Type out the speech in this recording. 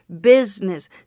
business